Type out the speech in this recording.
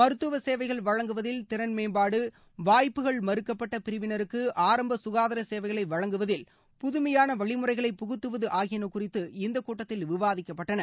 மருத்துவ சேவைகள் வழங்குவதில் திறன் மேம்பாடு வாய்ப்புகள் மறுக்கப்பட்ட பிரிவினருக்கு ஆரம்ப சுகாதார சேவைகளை வழங்குவதில் புதுமையான வழிமுறைகளை புகுத்துவது ஆகியன குறித்து இந்தக் கூட்டத்தில் விவாதிக்கப்பட்டது